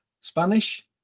Spanish